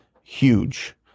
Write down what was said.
huge